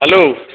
hello